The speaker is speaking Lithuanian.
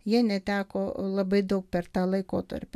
jie neteko labai daug per tą laikotarpį